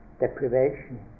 deprivation